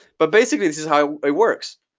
but basically this is how it works.